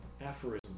aphorism